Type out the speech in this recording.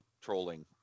trolling